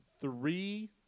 three –